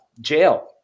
jail